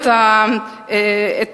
את